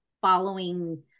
following